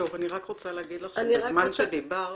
אני רק רוצה לעדכן אותך שבזמן שדיברת